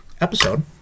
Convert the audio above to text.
episode